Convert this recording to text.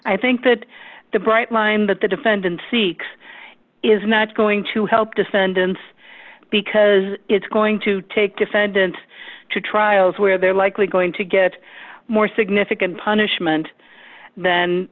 i think that the bright line that the defendant seeks is not going to help defendants because it's going to take defendant to trials where they're likely going to get more significant punishment then